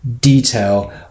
detail